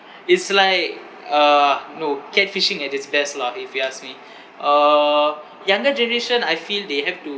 it's like uh no catfishing at its best lah if you ask me uh younger generation I feel they have to